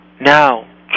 Now